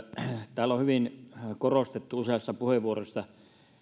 täällä on hyvin korostettu useassa puheenvuorossa